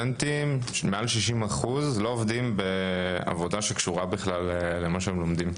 מעל 60% מהסטודנטים לא עובדים בכלל בעבודה שקשורה למה שהם לומדים.